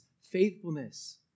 faithfulness